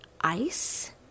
ice